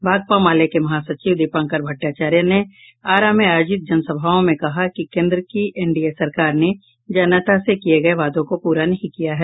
भाकपा माले के महासचिव दीपंकर भट्टाचार्या ने आरा में आयोजित जनसभाओं में कहा कि केन्द्र की एनडीए सरकार ने जनता से किये गये वादों को पूरा नहीं किया है